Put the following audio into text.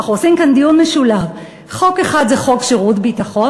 אנחנו עושים כאן דיון משולב: חוק אחד זה חוק שירות ביטחון,